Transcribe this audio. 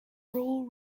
rural